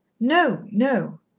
no, no.